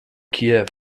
kiev